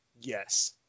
Yes